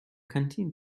canteen